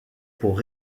pour